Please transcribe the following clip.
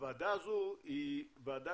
הוועדה הזו היא ועדה,